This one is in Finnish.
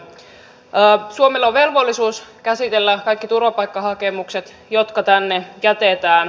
suomella on velvollisuus käsitellä kaikki turvapaikkahakemukset jotka tänne jätetään